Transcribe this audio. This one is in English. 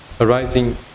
arising